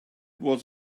was